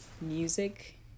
music